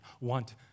want